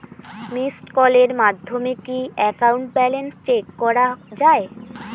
Missed কলের মাধ্যমে কি একাউন্ট ব্যালেন্স চেক করা যায়?